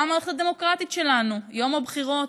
המערכת הדמוקרטית שלנו ביום הבחירות.